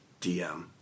DM